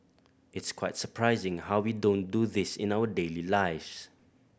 it's quite surprising how we don't do this in our daily lives